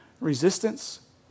resistance